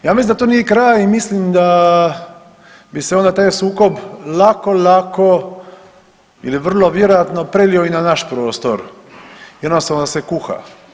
Ja mislim da to nije kraj i mislim da bi se onda taj sukob lako, lako ili vrlo vjerojatno prelio i na naš prostor, jednostavno se kuha.